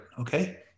okay